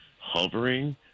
hovering